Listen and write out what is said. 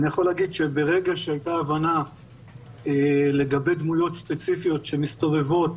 ברגע שהייתה הבנה לגבי דמויות ספציפיות שמסתובבות